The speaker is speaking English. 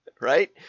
Right